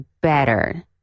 better